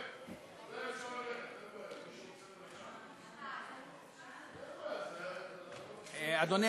אדוני